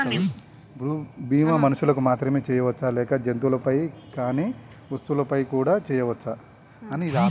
బీమా మనుషులకు మాత్రమే చెయ్యవచ్చా లేక జంతువులపై కానీ వస్తువులపై కూడా చేయ వచ్చా?